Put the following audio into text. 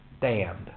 damned